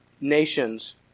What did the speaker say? nations